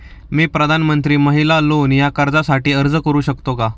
मी प्रधानमंत्री महिला लोन या कर्जासाठी अर्ज करू शकतो का?